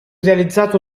realizzato